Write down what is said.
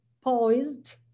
poised